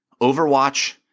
Overwatch